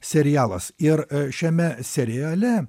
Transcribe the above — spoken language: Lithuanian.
serialas ir šiame seriale